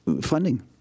funding